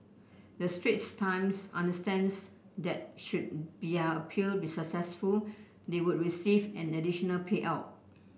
the Straits Times understands that should appeal be successful they would receive an additional payout